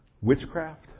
witchcraft